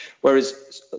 whereas